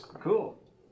Cool